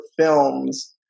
films